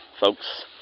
folks